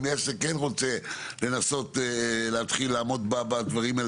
אם עסק כן רוצה לנסות להתחיל לעמוד בדברים האלה,